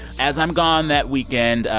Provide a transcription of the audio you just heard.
as i'm gone that weekend,